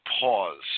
pause